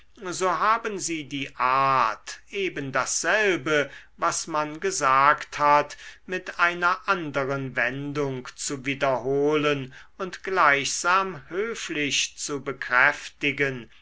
so haben sie die art eben dasselbe was man gesagt hat mit einer anderen wendung zu wiederholen und gleichsam höflich zu bekräftigen